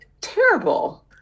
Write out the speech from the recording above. Terrible